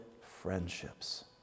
friendships